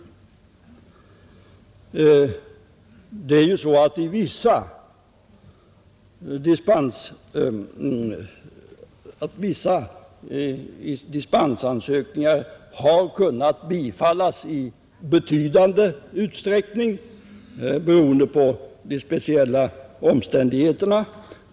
Vissa dispensansökningar har kunnat bifallas i betydande utsträckning, beroende på de speciella omständigheterna.